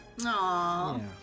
aww